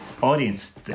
audience